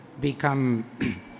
become